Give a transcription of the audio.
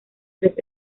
tres